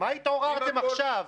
מה התעוררתם עכשיו?